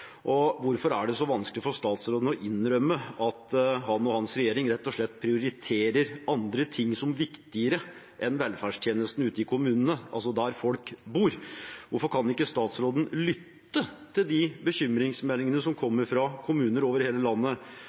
Hvorfor er det så vanskelig for statsråden å innrømme at han og hans regjering rett og slett prioriterer andre ting og ser på dem som viktigere enn velferdstjenestene ute i kommunene, der folk bor? Hvorfor kan ikke statsråden lytte til bekymringsmeldingene som kommer fra kommuner over hele landet,